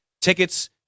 tickets